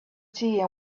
tea